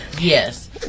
Yes